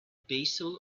basil